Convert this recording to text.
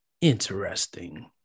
interesting